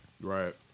right